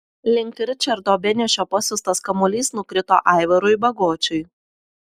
link ričardo beniušio pasiųstas kamuolys nukrito aivarui bagočiui